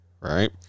Right